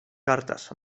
cartes